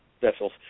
vessels